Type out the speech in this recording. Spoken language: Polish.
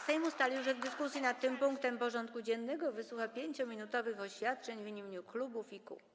Sejm ustalił, że w dyskusji nad tym punktem porządku dziennego wysłucha 5-minutowych oświadczeń w imieniu klubów i kół.